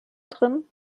drin